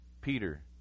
Peter